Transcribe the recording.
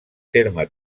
terme